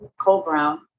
Cole-Brown